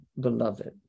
beloved